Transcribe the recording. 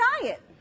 diet